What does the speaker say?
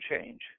change